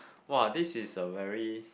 !wah! this is a very